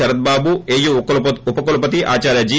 Sarath Babu AU ఉపకులపతి ఆదార్య G